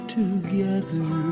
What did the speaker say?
together